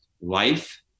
life